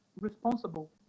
responsible